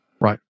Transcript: Right